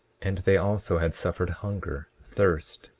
and they also had suffered hunger, thirst,